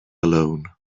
alone